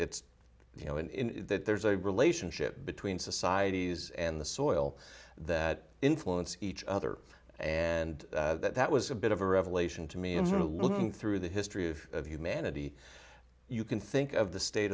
you know in that there's a relationship between societies and the soil that influence each other and that that was a bit of a revelation to me into looking through the history of humanity you can think of the state